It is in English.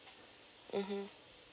mmhmm